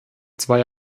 zwei